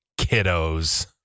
kiddos